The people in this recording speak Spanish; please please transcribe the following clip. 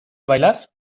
bailar